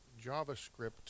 JavaScript